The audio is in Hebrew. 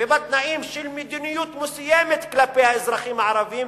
ובתנאים של מדיניות מסוימת כלפי האזרחים הערבים